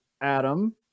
Adam